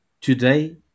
today